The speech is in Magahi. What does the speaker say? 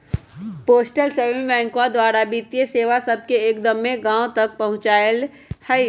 पोस्टल सेविंग बैंक द्वारा वित्तीय सेवा सभके एक्दम्मे गाँव तक पहुंचायल हइ